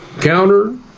counter